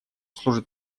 служит